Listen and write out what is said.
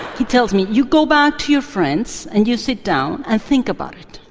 he tells me, you go back to your friends and you sit down and think about it.